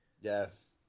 Yes